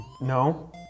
No